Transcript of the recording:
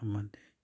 ꯑꯃꯗꯤ